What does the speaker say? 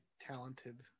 talented